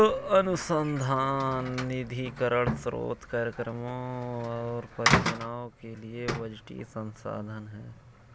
अनुसंधान निधीकरण स्रोत कार्यक्रमों और परियोजनाओं के लिए बजटीय संसाधन है